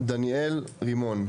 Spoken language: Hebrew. דניאל רימון.